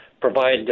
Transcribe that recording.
provide